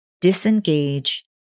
disengage